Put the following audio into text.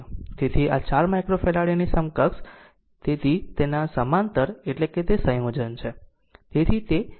તેથી આ 4 માઈક્રોફેરાડે ની સમકક્ષ તેથી તેના સમાંતર એટલે કે તે સંયોજન છે